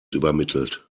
übermittelt